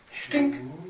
Stink